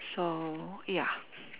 so ya